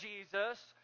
Jesus